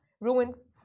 ruins